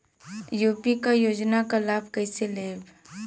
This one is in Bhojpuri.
यू.पी क योजना क लाभ कइसे लेब?